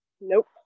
Nope